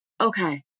okay